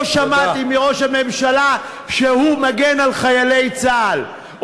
לא שמעתי מראש הממשלה שהוא מגן על חיילי צה"ל.